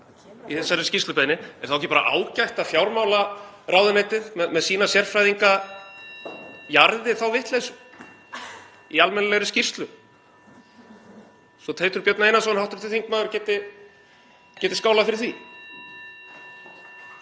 í þessari skýrslubeiðni, er þá ekki bara ágætt að fjármálaráðuneytið með sína sérfræðinga jarði þá vitleysu í almennilegri skýrslu svo hv. þm. Teitur Björn Einarsson geti skálað fyrir því?